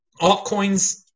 altcoins